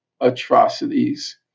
atrocities